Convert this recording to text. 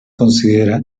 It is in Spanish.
considera